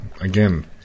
Again